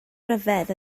ryfedd